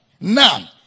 Now